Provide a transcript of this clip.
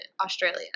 Australia